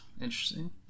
Interesting